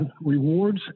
rewards